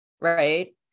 Right